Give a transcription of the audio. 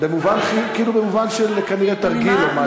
כאילו במובן של כנראה תרגיל או משהו כזה.